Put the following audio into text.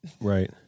Right